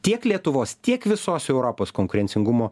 tiek lietuvos tiek visos europos konkurencingumo